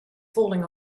falling